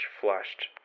flushed